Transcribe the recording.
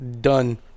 done